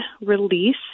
release